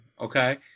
okay